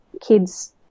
kids